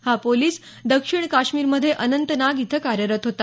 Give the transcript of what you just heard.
हा पोलीस दक्षिण काश्मीरमध्ये अनंतनाग इथं कार्यरत होता